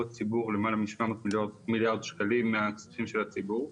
הציבור למעלה מ-700 מיליארד שקלים מכספי הציבור.